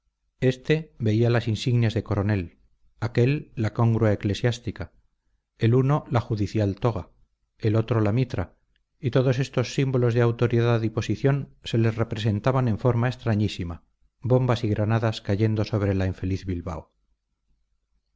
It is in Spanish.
éste veía las insignias de coronel aquél la congrua eclesiástica el uno la judicial toga el otro la mitra y todos estos símbolos de autoridad y posición se les representaban en forma extrañísima bombas y granadas cayendo sobre la infeliz bilbao